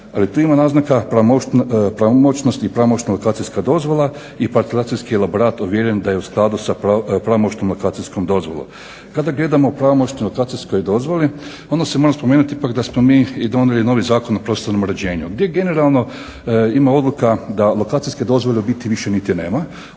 Ali tu ima naznaka pravomoćnosti i pravomoćna lokacijska dozvola i … elaborat ovjeren da je u skladu sa pravomoćnom lokacijskom dozvolom. Kada gledamo pravomoćnu lokacijsku dozvolu onda se moram spomenuti ipak da smo mi i donijeli novi Zakon o prostornom uređenju gdje generalno ima odluka da lokacijske dozvole u biti više niti nema,